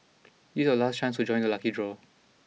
it's your last chance to join the lucky draw